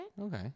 Okay